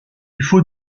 faut